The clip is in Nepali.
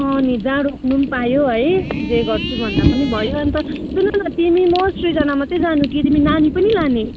नि जहीँ पनि रोक्नु पायो है जे गर्छु भन्दा पनि भयो अन्त सुन न तिमी म सृजना मात्र जानु कि तिमी नानी पनि लाने